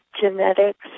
genetics